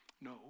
No